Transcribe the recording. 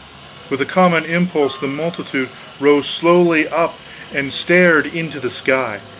with a common impulse the multitude rose slowly up and stared into the sky.